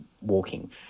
walking